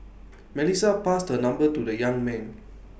Melissa passed her number to the young man